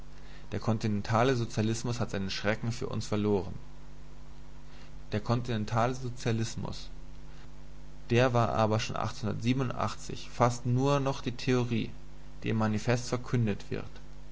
der kontinentale sozialismus hat seine schrecken für uns verloren der kontinentale sozialismus der war aber schon fast nur noch die theorie die im manifest verkündet wird